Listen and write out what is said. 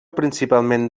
principalment